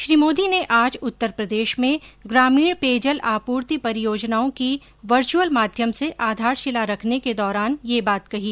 श्री मोदी ने आज उत्तर प्रदेश में ग्रामीण पेयजल आपूर्ति परियोजनाओं की वर्चअल माध्यम से आधारशिला रखने के दौरान ये बात कही